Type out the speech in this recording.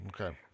Okay